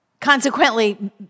consequently